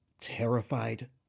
terrified